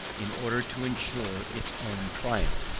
in order to ensure its own triumph.